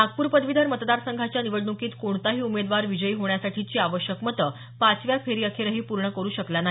नागपूर पदवीधर मतदार संघाच्या निवडणूकीत कोणताही उमेदवार विजयी होण्यासाठीची आवश्यक मतं पाचव्या फेरीअखेरही पूर्ण करू शकला नाही